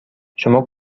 شما